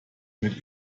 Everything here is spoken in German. mit